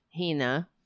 Hina